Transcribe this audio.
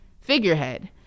figurehead